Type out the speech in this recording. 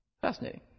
Fascinating